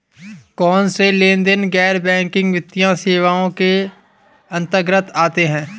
कौनसे लेनदेन गैर बैंकिंग वित्तीय सेवाओं के अंतर्गत आते हैं?